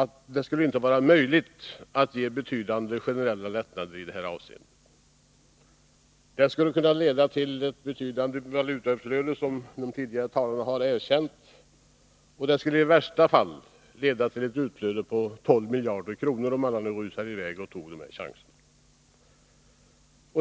att det inte skulle vara möjligt att ge betydande generella lättnader i detta avseende. Det skulle, som de tidigare 157 talarna har erkänt, kunna leda till ett betydande valutautflöde. I värsta fall skulle det kunna leda till ett utflöde på 12 miljarder kronor, om alla rusade i väg och tog den här chansen.